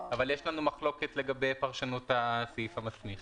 אבל יש לנו מחלוקת לגבי פרשנות הסעיף המסמיך.